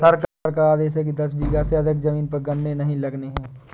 सरकार का आदेश है कि दस बीघा से अधिक जमीन पर गन्ने नही लगाने हैं